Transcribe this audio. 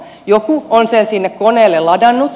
joku on sen sinne koneelle ladannut